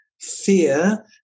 fear